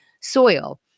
soil